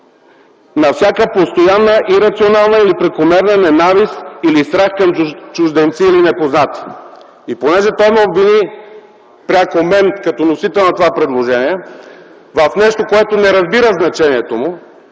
на всяка постоянна, ирационална или прекомерна ненавист или страх към чужденци или непознати. И понеже той ме обвини пряко като вносител на това предложение и в нещо, на което не разбира значението,